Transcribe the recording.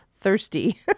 thirsty